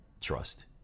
Trust